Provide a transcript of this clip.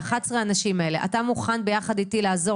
11 האנשים האלה אתה מוכן ביחד איתי לעזור